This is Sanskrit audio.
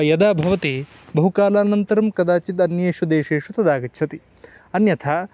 यदा भवति बहुकालानन्तरं कदाविद् अन्येषु देशेषु तदागच्छति अन्यथा